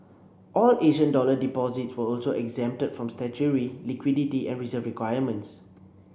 all Asian dollar deposits were also exempted from statutory liquidity and reserve requirements